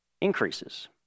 increases